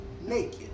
naked